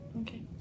Okay